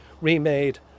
remade